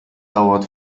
dauert